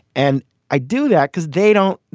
and i do that because they don't.